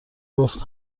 گفت